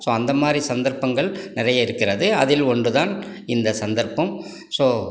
so அந்த மாதிரி சந்தர்ப்பங்கள் நெறைய இருக்கிறது அதில் ஒன்று தான் இந்த சந்தர்ப்பம் ஸோ